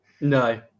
No